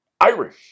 Irish